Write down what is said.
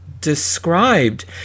described